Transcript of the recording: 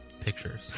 pictures